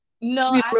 No